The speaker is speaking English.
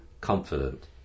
confident